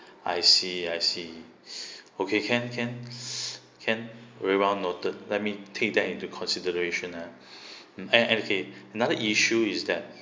I see I see okay can can can very well noted let me take that into consideration ah mm and ah okay another issue is that